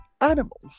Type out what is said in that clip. Animals